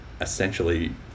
essentially